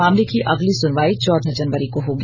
मामले की अगली सुनवाई चौदह जनवरी को होगी